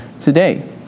today